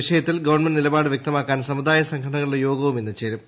വിഷയത്തിൽ ഗവൺമെന്റ് നിലപാട് വ്യക്തമാക്കാൻ സമുദായ സംഘടനകളുടെ യോഗവും ഇന്ന് ചേരും